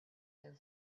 their